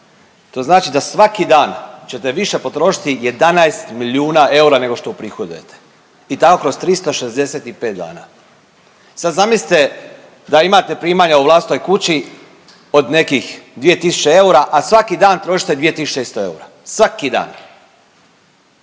To znači da svaki dan ćete više potrošiti 11 milijuna eura nego što uprihodujete i tako kroz 365 dana. Sad zamislite da imate primanja u vlastitoj kući od nekih 2.000 eura, a svaki dan trošite 2.100 eura, svaki dan